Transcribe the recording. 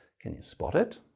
can you spot it?